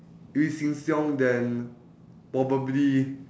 if seng-siong then probably